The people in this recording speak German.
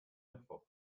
mittwoch